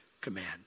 command